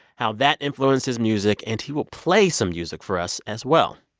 how that influenced his music. and he will play some music for us as well.